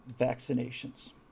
vaccinations